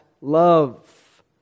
love